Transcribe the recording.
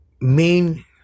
main